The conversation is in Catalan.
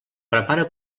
prepara